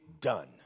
done